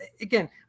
again